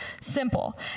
simple